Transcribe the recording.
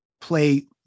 play